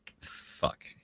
fuck